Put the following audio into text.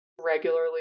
regularly